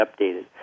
updated